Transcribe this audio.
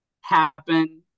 happen